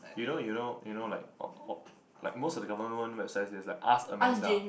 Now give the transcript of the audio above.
you know you know you know like like most of the government websites there's like ask Amanda